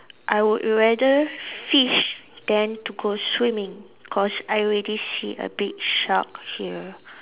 I would rather fish than to go swimming cause I already see a big shark here